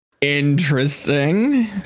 Interesting